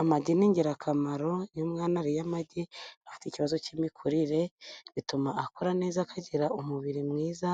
Amagi ni ingirakamaro iyo umwana ariye amagi afite ikibazo cy'imikurire, bituma akura neza akagira umubiri mwiza,